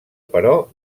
però